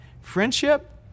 Friendship